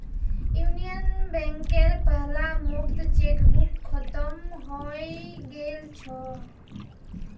union बैंकेर पहला मुक्त चेकबुक खत्म हइ गेल छ